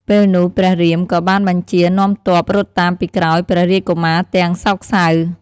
ពេលនោះ ព្រះរាមក៏បានបញ្ជានាំទ័ពរត់តាមពីក្រោយព្រះរាជកុមារទាំងសោកសៅ។